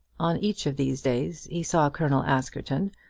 on each of these days he saw colonel askerton,